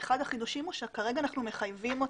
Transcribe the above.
אחד החידושים הוא שכרגע אנחנו מחייבים אותה.